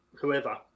whoever